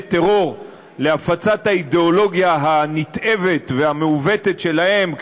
טרור להפצת האידאולוגיה הנתעבת והמעוותת שלהם,